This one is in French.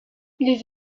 les